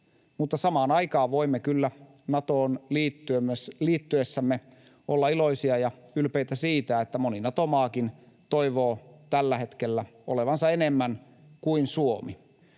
Samaan aikaan voimme kyllä Natoon liittyen myös liittyessämme olla iloisia ja ylpeitä siitä, että moni Nato-maakin toivoo tällä hetkellä olevansa enemmän kuin Suomi.